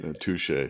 Touche